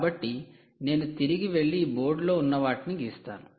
కాబట్టి నేను తిరిగి వెళ్లి ఈ బోర్డులో ఉన్నవాటిని గిస్తాను